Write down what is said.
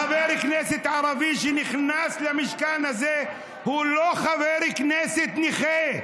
חבר כנסת ערבי שנכנס למשכן הזה הוא לא חבר כנסת נכה.